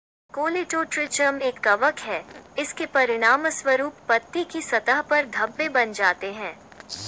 Colletotrichum एक कवक है, इसके परिणामस्वरूप पत्ती की सतह पर धब्बे बन जाते हैं